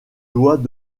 doigts